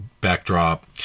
backdrop